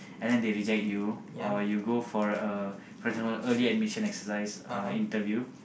and then they reject you or you go for a for example early admission exercise uh interview